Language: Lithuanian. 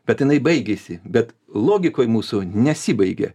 bet jinai baigėsi bet logikoj mūsų nesibaigia